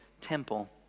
temple